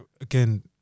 again